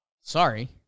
sorry